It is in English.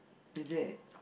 is it